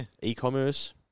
e-commerce